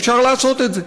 אפשר לעשות את זה.